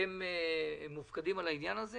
אתם מופקדים על העניין הזה,